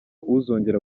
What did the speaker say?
uzongera